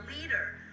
leader